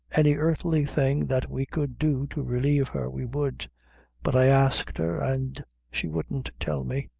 any earthly thing that we could do to relieve her we would but i asked her, and she wouldn't tell me.